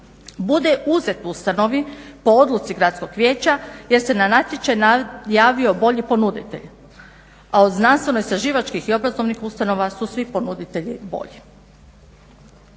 bude uzet ustanovi po odluci gradskog vijeća jer se na natječaj javio bolji ponuditelj a o znanstveno-istraživačkih i obrazovnih ustanova su svi ponuditelji bolji.